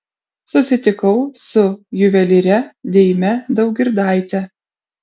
susitikau su juvelyre deime daugirdaite